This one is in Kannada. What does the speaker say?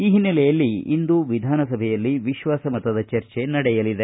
ಈ ಹಿನ್ನೆಲೆಯಲ್ಲಿ ಇಂದು ವಿಧಾನಸಭೆಯಲ್ಲಿ ವಿಶ್ವಾಸ ಮತದ ಚರ್ಚೆ ನಡೆಯಲಿದೆ